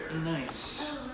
nice